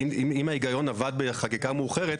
אם ההיגיון עבד בחקיקה מאוחרת,